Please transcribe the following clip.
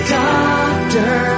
doctor